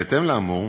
בהתאם לאמור,